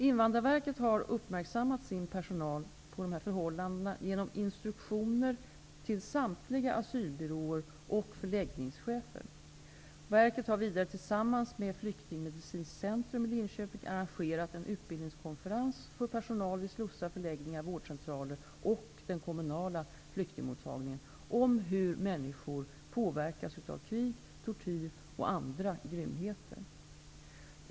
Invandrarverket har uppmärksammat sin personal på dessa förhållanden genom instruktioner till samtliga asylbyråer och förläggningschefer. Verket har vidare tillsammans med Flyktingmedicinskt centrum i Linköping arrangerat en utbildningskonferens för personal vid slussar, förläggningar, vårdcentraler och den kommunala flyktingmottagningen om hur människor påverkas av krig, tortyr och andra grymheter.